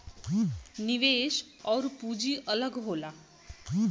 निवेश आउर पूंजी अलग होला